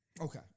Okay